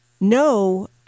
no